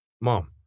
Mom